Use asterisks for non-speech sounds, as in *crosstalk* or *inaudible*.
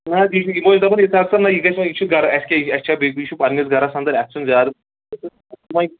نہ حظ یہِ چھُ یِمو چھِ دَپان اِشتحاق صٲب نہ یہِ گژھِ وۅنۍ یہِ چھُ گرٕ اَسہِ کیٛاہ یہِ اَسہِ چھا بیٚکہِ یہِ چھُ پَننِس گرس اَنٛدر اَسہِ چھُنہٕ زیادٕ وۄنۍ *unintelligible*